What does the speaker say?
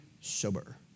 sober